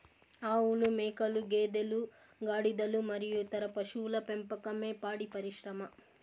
ఆవులు, మేకలు, గేదెలు, గాడిదలు మరియు ఇతర పశువుల పెంపకమే పాడి పరిశ్రమ